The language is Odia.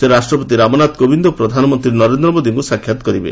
ସେ ରାଷ୍ଟ୍ରପତି ରାମନାଥ କୋବିନ୍ଦ ଓ ପ୍ରଧାନମନ୍ତ୍ରୀ ନରେନ୍ଦ୍ର ମୋଦିଙ୍କୁ ସାକ୍ଷାତ୍ କରିବେ